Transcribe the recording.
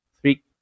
three